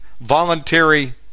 voluntary